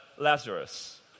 Lazarus